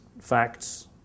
facts